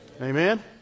Amen